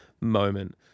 moment